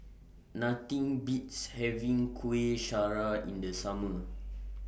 Nothing Beats having Kuih Syara in The Summer